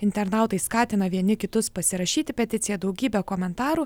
internautai skatina vieni kitus pasirašyti peticiją daugybė komentarų